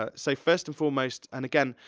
ah so first and foremost, and again,